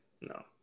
no